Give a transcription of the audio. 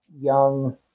young